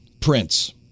Prince